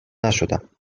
نشدم